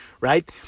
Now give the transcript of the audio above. right